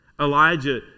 Elijah